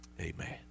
Amen